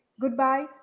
goodbye